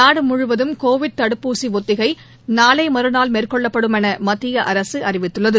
நாடுமுழுவதும் கோவிட் தடுப்பூசிஒத்திகைநாளைமறுநாள் மேற்கொள்ளப்படும் எனமத்தியஅரசுஅறிவித்துள்ளது